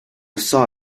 saw